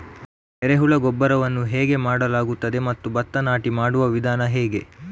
ಎರೆಹುಳು ಗೊಬ್ಬರವನ್ನು ಹೇಗೆ ಮಾಡಲಾಗುತ್ತದೆ ಮತ್ತು ಭತ್ತ ನಾಟಿ ಮಾಡುವ ವಿಧಾನ ಹೇಗೆ?